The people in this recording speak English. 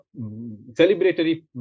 celebratory